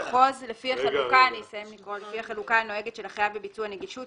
"מחוז" לפי החלוקה הנוהגת של החייב בביצוע נגישות,